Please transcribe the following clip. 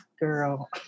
Girl